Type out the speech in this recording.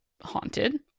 haunted